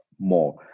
more